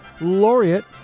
laureate